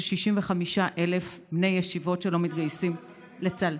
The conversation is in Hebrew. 65,000 בני ישיבות שלא מתגייסים לצה"ל,